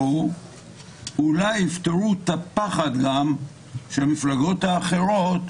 אולי הם יסירו את הפחד ממפלגות אחרות,